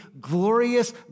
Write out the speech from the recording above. glorious